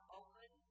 open